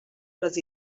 les